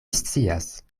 scias